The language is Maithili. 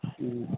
हूँ